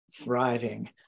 thriving